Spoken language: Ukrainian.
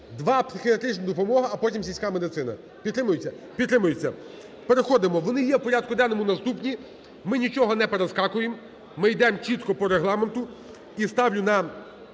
Два психіатрична допомога, а потім сільська медицина - підтримується? Підтримується. Переходимо, вони є в порядку денному наступні, ми нічого не перескакуємо, ми йдемо чітко по Регламенту. І ставлю на